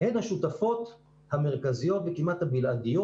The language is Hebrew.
הן השותפות המרכזיות וכמעט הבלעדיות